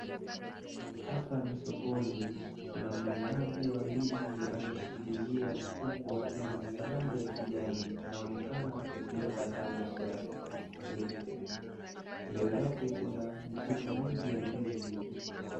Hapa ni sokoni kuna mnunuaji wa ndizi amelishiklilia mkunga wa ndizi ni za rangi ya kijani anaonekana kuzieka ndani ya gari jeupe mbele yake kuna mikungu mingi ya ndizi.